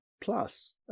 plus